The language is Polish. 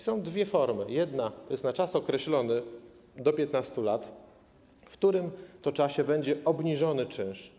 Są dwie formy, jedna jest na czas określony, do 15 lat, w którym to czasie będzie obniżony czynsz.